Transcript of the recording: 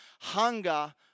hunger